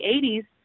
80s